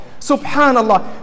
Subhanallah